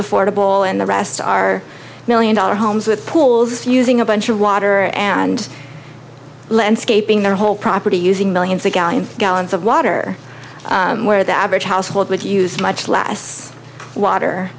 affordable and the rest are million dollar homes with pools using a bunch of water and landscaping their whole property using millions of gallons gallons of water where the average household with use much less water